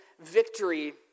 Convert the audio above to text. victory